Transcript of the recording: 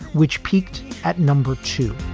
which peaked at number to.